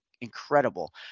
incredible